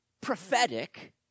prophetic